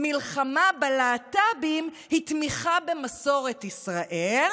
מלחמה בלהט"בים היא תמיכה במסורת ישראל,